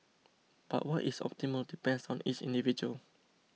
but what is optimal depends on each individual